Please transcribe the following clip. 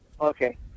Okay